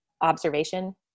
observation